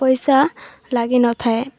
ପଇସା ଲାଗିିନଥାଏ